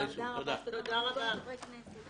הישיבה ננעלה בשעה 10:37.